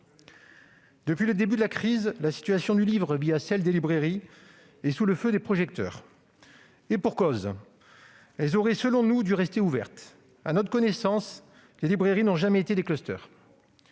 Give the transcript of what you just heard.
Depuis le début de la crise, la situation du livre, celle des librairies, est sous le feu des projecteurs. Et pour cause, elles auraient dû, selon nous, rester ouvertes. À notre connaissance, les librairies n'ont jamais été des clusters.